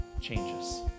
changes